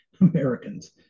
Americans